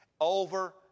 Over